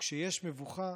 וכשיש מבוכה,